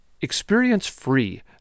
experience-free